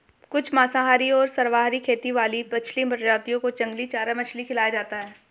कुछ मांसाहारी और सर्वाहारी खेती वाली मछली प्रजातियों को जंगली चारा मछली खिलाया जाता है